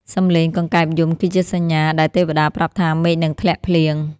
សំឡេងកង្កែបយំ គឺជាសញ្ញាដែលទេវតាប្រាប់ថាមេឃនឹងធ្លាក់ភ្លៀង។